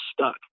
stuck